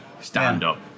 stand-up